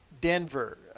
Denver